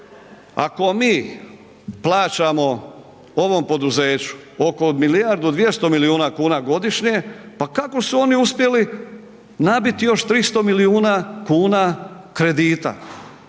ako mi plaćamo ovom poduzeću oko milijardu 200 milijuna kuna godišnje pa kako su oni uspjeli nabiti još 300 milijuna kuna kredita?